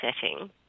setting